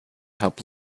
help